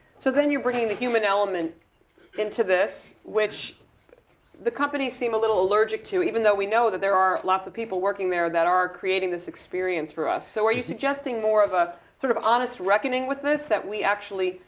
so then you're bringing the human element into this, which the companies seem a little allergic to. even though we know, that there are lots of people working there that are creating this experience for us. so what you're suggesting more of a sort of honest reckoning with this, that we actually,